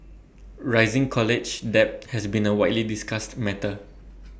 rising college debt has been A widely discussed matter